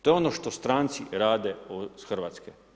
To je ono što stranci rade iz Hrvatske.